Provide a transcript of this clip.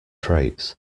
traits